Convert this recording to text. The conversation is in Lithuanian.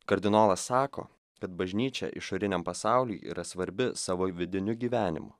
kardinolas sako kad bažnyčia išoriniam pasauliui yra svarbi savo vidiniu gyvenimu